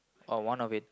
oh one of it